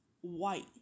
white